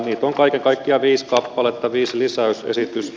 niitä on kaiken kaikkiaan viisi kappaletta viisi lisäysesitystä